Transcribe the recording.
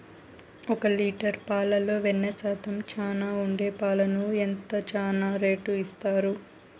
ఒక లీటర్ పాలలో వెన్న శాతం చానా ఉండే పాలకు ఎంత చానా రేటు ఇస్తారు?